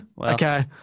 Okay